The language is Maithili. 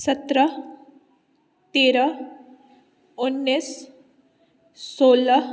सत्रह तेरह उन्नीस सोलह